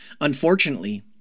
Unfortunately